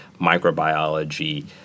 microbiology